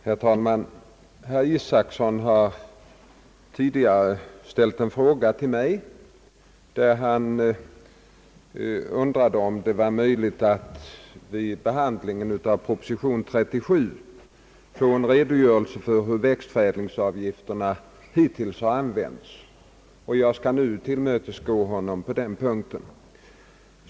Herr talman! Herr Isacson har tidigare frågat mig om det var möjligt att vid behandlingen av proposition 37 få en redogörelse för hur växtförädlingsavgifterna hittills har använts. Jag skall nu tillmötesgå honom på denna punkt.